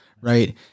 right